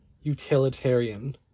utilitarian